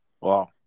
Wow